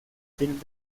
fines